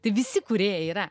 tai visi kūrėjai yra